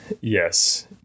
Yes